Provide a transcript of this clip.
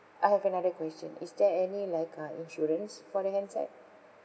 I have another question is there any like uh insurance for the handset